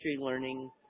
learning